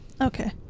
Okay